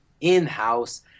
in-house